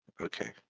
Okay